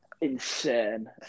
insane